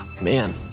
man